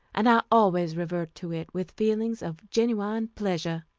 and i always revert to it with feelings of genuine pleasure.